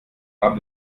abend